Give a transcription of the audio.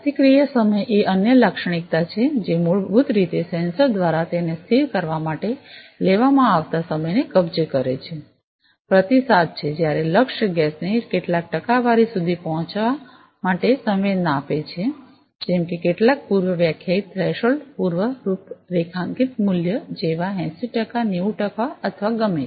પ્રતિક્રિયા સમય એ અન્ય લાક્ષણિકતા છે જે મૂળભૂત રીતે સેન્સર દ્વારા તેને સ્થિર કરવા માટે લેવામાં આવતા સમયને કબજે કરે છે પ્રતિસાદ છે જ્યારે લક્ષ્ય ગેસને કેટલાક ટકાવારી સુધી પહોંચવા માટે સંવેદના આપે છે જેમ કે કેટલાક પૂર્વવ્યાખ્યાયિત થ્રેશોલ્ડ પૂર્વ રૂપરેખાંકિત મૂલ્ય જેવા 80 ટકા 90 ટકા અથવા ગમે તે